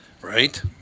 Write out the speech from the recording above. Right